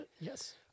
Yes